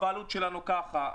הבעלות שלנו ככה,